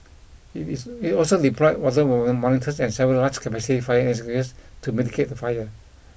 it is it also deployed water or monitors and several large capacity fire extinguishers to mitigate the fire